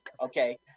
okay